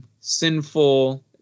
sinful